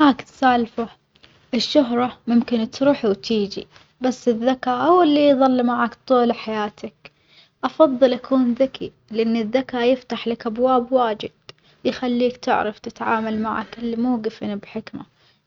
هاك السالفة الشهرة ممكن تروح وتيجي بس الذكاء هو اللي يظل معك طول حياتك، أفظل أكون ذكي لأن الذكاء يفتح لك أبواب واجد، يخليك تعرف تتعامل مع كل موجف بحكمة،